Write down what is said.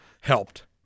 helped